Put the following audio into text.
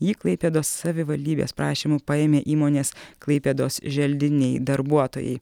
jį klaipėdos savivaldybės prašymu paėmė įmonės klaipėdos želdiniai darbuotojai